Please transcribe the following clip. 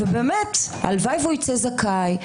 ובאמת הלוואי והוא יצא זכאי,